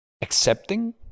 Accepting